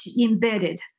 embedded